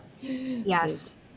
Yes